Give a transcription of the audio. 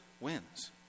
wins